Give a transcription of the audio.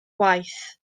waith